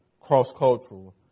cross-cultural